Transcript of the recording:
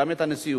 גם את הנשיאות,